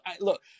look